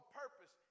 purpose